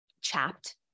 chapped